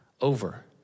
over